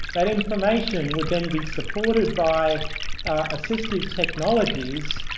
that information would then be supported by assistive technologies,